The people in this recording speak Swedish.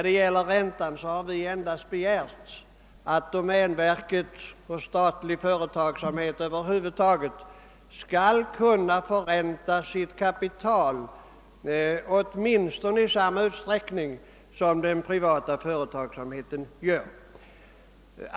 Beträffande räntan har vi endast begärt att domänverket och statlig företagsamhet över huvud taget skall kunna förränta sitt kapital i åtminstone samma utsträckning som den privata företagsamheten gör.